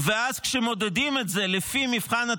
ואז כשמודדים את זה לפי מבחן התוצאה,